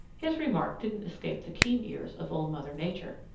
his remark didn't escape the keen ears of old mother nature.